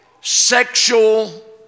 sexual